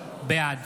בעד